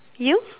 you